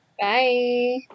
Bye